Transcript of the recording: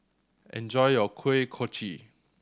enjoy your Kuih Kochi